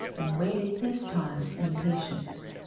and waited his time in patience.